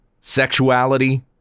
sexuality